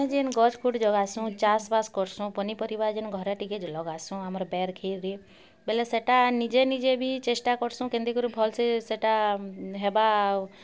ଆମେ ଯେନ୍ ଗଛ୍ ଗୋଟେ ଜଗାସୁଁ ଚାଷ୍ ବାସ୍ କରସୁଁ ପନିପରିବା ଯେନ୍ ଘରେ ଟିକେ ଲଗାସୁଁ ଆମର୍ ବେର୍ ଖେରି ବେଲେ ସେଇଟା ନିଜେ ନିଜେ ବି ଚେଷ୍ଟା କରସୁଁ କେନ୍ତି କରି ଭଲ୍ ସେ ସେଇଟା ହେବା